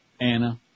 Anna